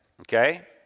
Okay